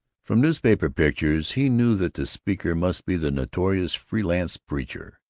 from newspaper pictures he knew that the speaker must be the notorious freelance preacher,